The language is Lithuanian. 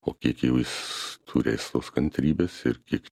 o kiek jau jūs turės tos kantrybės ir kiek